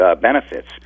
benefits